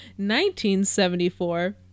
1974